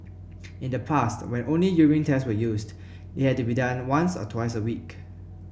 in the past when only urine tests were used they had to be done once or twice a week